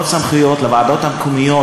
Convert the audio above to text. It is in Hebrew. עוד סמכויות לוועדות המקומיות,